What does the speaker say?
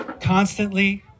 constantly